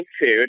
food